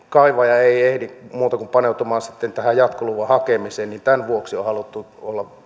kaivaja ei ehdi muuta kuin paneutumaan sitten tähän jatkoluvan hakemiseen tämän vuoksi on haluttu